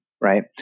right